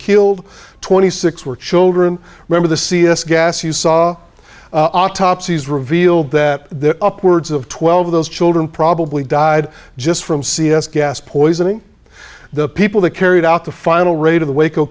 killed twenty six were children remember the c s gas you saw autopsies revealed that the upwards of twelve of those children probably died just from c s gas poisoning the people that carried out the final rate of